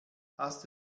hast